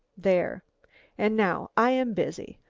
there and now i am busy.